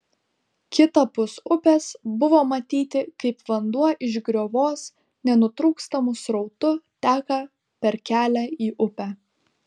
kitapus upės buvo matyti kaip vanduo iš griovos nenutrūkstamu srautu teka per kelią į upę